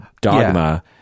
dogma